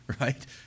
right